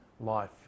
life